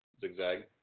Zigzag